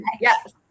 Yes